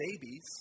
babies